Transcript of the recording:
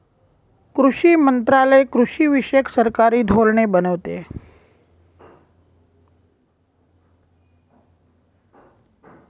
कृषी मंत्रालय कृषीविषयक सरकारी धोरणे बनवते